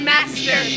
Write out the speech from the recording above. Master